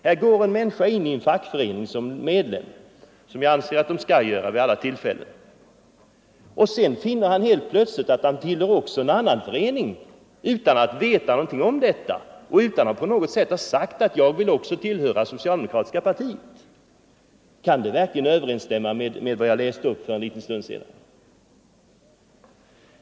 Här går en människa in i en fackförening som medlem — som jag anser att man skall göra vid alla tillfällen — och finner sedan att han också tillhör en annan förening utan att veta det och utan att ha sagt att han också vill tillhöra det socialdemokratiska partiet. Kan det verkligen överensstämma med vad jag läste upp för en liten stund sedan?